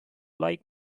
like